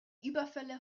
überfälle